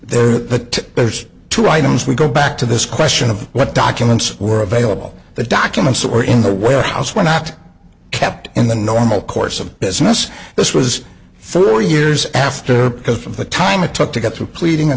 the there's two items we go back to this question of what documents were available the documents that were in the warehouse were not kept in the normal course of business this was three years after because of the time it took to get through pleading